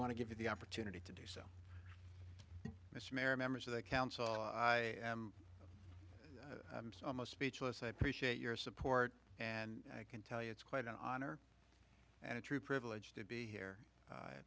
want to give you the opportunity to do so this mare members of the council i am almost speechless i appreciate your support and i can tell you it's quite an honor and a true privilege to be here